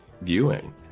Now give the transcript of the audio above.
viewing